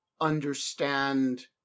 understand